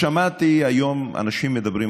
אז שמעתי היום אנשים מדברים,